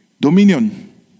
Dominion